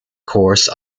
course